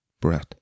breath